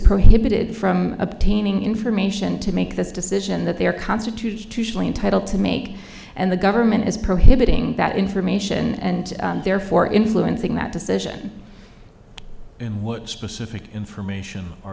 prohibited from obtaining information to make this decision that they are constitutionally entitled to make and the government is prohibiting that information and therefore influencing that decision and what specific information